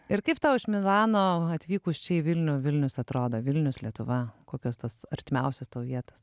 ir kaip tau iš milano atvykus čia į vilnių vilnius atrodo vilnius lietuva kokios tos artimiausios tau vietos